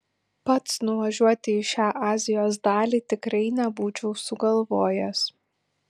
pats nuvažiuoti į šią azijos dalį tikrai nebūčiau sugalvojęs